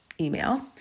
email